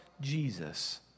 Jesus